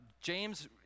James